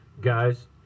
Guys